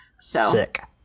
Sick